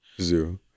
Zero